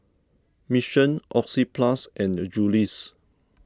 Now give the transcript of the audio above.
Mission Oxyplus and Julie's